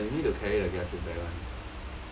ya of course ah you need to carry the GrabFood bag [one]